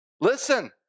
Listen